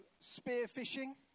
spearfishing